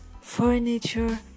furniture